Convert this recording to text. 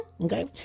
okay